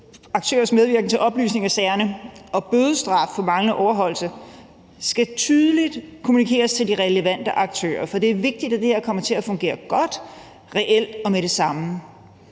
aktørers medvirken til oplysning af sagerne og om at indføre bødestraf for manglende overholdelse tydeligt kommunikeres til de relevante aktører, for det er vigtigt, at det her kommer til reelt at fungere godt og med det samme.